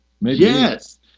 Yes